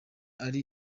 ari